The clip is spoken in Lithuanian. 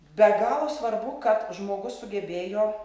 be galo svarbu kad žmogus sugebėjo